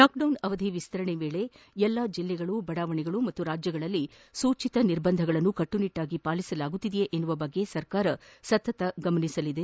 lockdown ಅವದಿ ವಿಸ್ತರಣೆ ವೇಳೆ ಎಲ್ಲಾ ಜಿಲ್ಲೆಗಳು ಬಡಾವಣೆಗಳು ಮತ್ತು ರಾಜ್ಯಗಳಲ್ಲಿ ಸೂಚಿತ ನಿರ್ಬಂಧಗಳನ್ನು ಕಟ್ಟುನಿಟ್ಟಾಗಿ ಪಾಲಿಸಲಾಗುತ್ತಿದೆಯೇ ಎನ್ನುವ ಬಗ್ಗೆ ಸರ್ಕಾರ ಸತತ ಗಮನಿಸಲಿದೆ